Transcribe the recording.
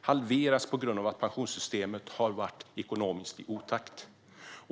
halverats på grund av att pensionssystemet har varit i ekonomisk otakt.